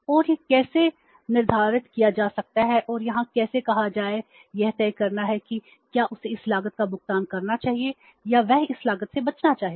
और यह कैसे निर्धारित किया जा सकता है और यहाँ कैसे कहा जाए यह तय करना है कि क्या उसे इस लागत का भुगतान करना चाहिए या वह इस लागत से बचना चाहेगा